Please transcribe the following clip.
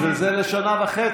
בשביל זה זה לשנה וחצי.